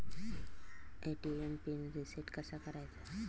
ATM pin reset कसा करायचा?